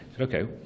Okay